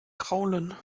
kraulen